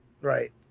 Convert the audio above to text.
Right